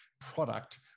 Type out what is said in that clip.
product